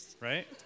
Right